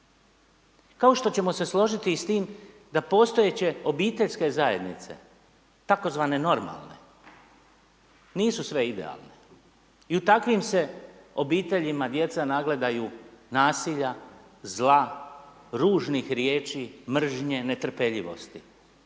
Kao što ćemo se složiti i s tim da postojeće obiteljske zajednice tzv. normalne, nisu sve idealne i u takvim se obiteljima djeca nagledaju nasilja, zla, ružnih riječi, mržnje, netrpeljivosti.